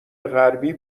غربی